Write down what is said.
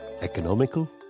economical